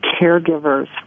caregivers